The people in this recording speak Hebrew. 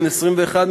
בן 21,